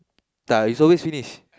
ya is always finish